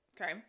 okay